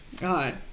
God